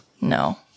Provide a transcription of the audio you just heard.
No